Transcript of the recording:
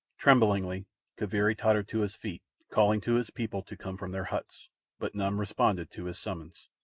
tremblingly kaviri tottered to his feet, calling to his people to come from their huts but none responded to his summons.